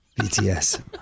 BTS